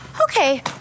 Okay